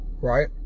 right